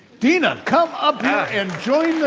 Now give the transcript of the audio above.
dena, come up here and join the